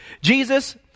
Jesus